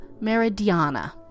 Meridiana